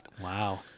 wow